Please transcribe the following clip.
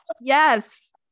Yes